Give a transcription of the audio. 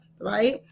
right